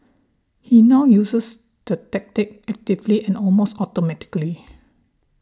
he now uses the technique actively and almost automatically